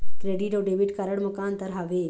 Credit अऊ debit card म का अंतर हावे?